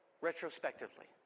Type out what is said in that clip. retrospectively